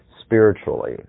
spiritually